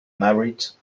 married